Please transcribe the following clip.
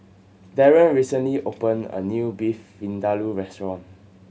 Darren recently opened a new Beef Vindaloo Restaurant